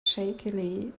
shakily